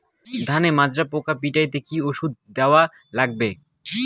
ধানের মাজরা পোকা পিটাইতে কি ওষুধ দেওয়া লাগবে?